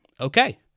okay